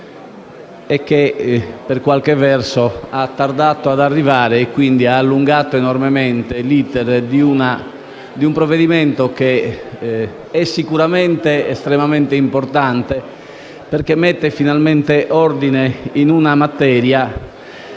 e che, per qualche verso, ha tardato ad arrivare. Ciò ha allungato enormemente l'*iter* del provvedimento che è estremamente importante, perché mette finalmente ordine in una materia